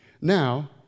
Now